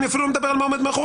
אני לא מדבר על מה עומד מאחורי.